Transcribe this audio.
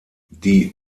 die